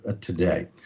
today